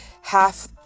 Half